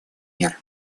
мер